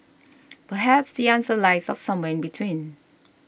perhaps the answer lies of somewhere in between